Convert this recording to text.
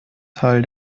teil